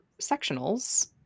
sectionals